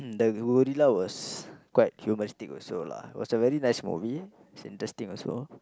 the gorilla was quite humoristic also lah it was a very nice movie it's interesting also